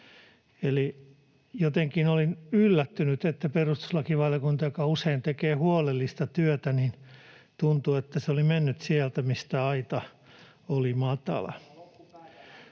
jotenkin olin yllättynyt, tuntuu, että perustuslakivaliokunta, joka usein tekee huolellista työtä, oli mennyt sieltä, mistä aita oli matala.